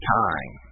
time